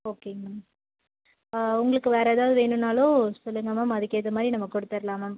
ஓகேங்க மேம் உங்களுக்கு வேறு ஏதாவது வேணும்னாலும் சொல்லுங்கள் மேம் அதுக்கேற்ற மாதிரி நம்ம கொடுத்துர்லாம் மேம்